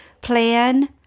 plan